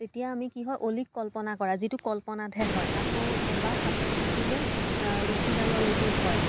তেতিয়া আমি কি হয় অলিক কল্পনা কৰা যিটো কল্পনাতহে হয় আকৌ এবাৰ সাপে খুটিলে ৰছীডাললৈকো ভয়